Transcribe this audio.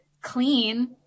clean